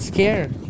Scared